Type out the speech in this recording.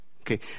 Okay